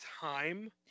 time